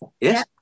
Yes